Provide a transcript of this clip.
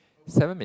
seven minute